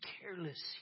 careless